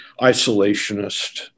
isolationist